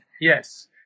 Yes